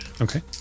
okay